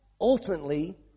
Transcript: ultimately